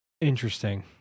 Interesting